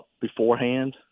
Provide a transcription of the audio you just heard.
beforehand